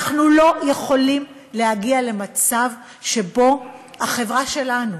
אנחנו לא יכולים להגיע למצב שבו החברה שלנו,